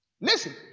Listen